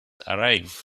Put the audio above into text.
arrive